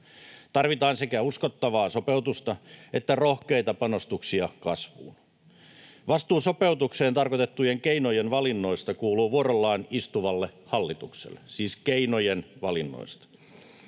Tarvitaan sekä uskottavaa sopeutusta että rohkeita panostuksia kasvuun. Vastuu sopeutukseen tarkoitettujen keinojen valinnoista kuuluu vuorollaan istuvalle hallitukselle — siis keinojen valinnoista